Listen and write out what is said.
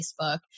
Facebook